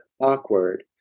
awkward